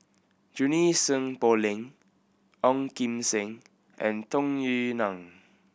Junie Sng Poh Leng Ong Kim Seng and Tung Yue Nang